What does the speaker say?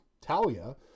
Talia